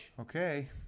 Okay